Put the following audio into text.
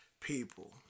people